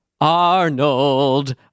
Arnold